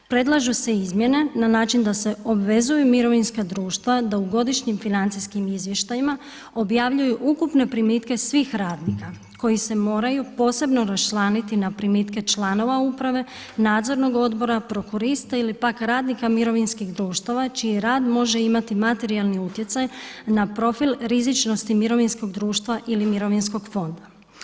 Predlažu se izmjene na način da se obvezuju mirovinska društva da u godišnjim financijskim izvještajima objavljuju ukupne primitke svih radnika koji se moraju posebno raščlaniti na primitke članove uprave, nadzornog odbora, prokurista ili pak radnika mirovinskih društava čiji rad može imati materijalni utjecaj na profil rizičnosti mirovinskog društva ili mirovinskog fonda.